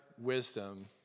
wisdom